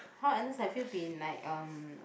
how Agnes have you been like um